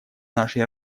нашей